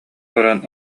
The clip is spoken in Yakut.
көрөн